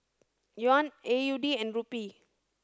Yuan A U D and Rupee